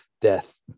death